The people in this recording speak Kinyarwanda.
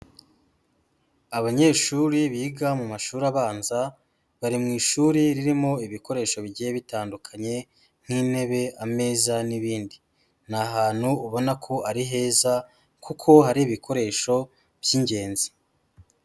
Abanyeshuri biga mu mashuri abanza bari mu ishuri ririmo ibikoresho bigiye bitandukanye nk'intebe, ameza n'ibindi, ni ahantu ubona ko ari heza kuko hari ibikoresho by'ingenzi.